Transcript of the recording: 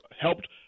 helped